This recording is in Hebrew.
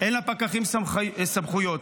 אין לפקחים סמכויות,